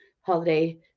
holiday